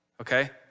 okay